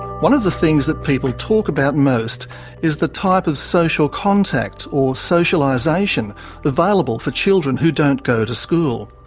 one of the things that people talk about most is the type of social contact or socialisation available for children who don't go to school.